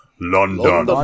London